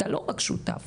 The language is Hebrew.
אתה לא רק שותף,